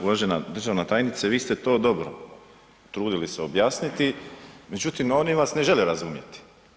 Uvažena državna tajnice, vi ste to dobro trudili se objasniti, međutim, oni vas ne žele razumjeti.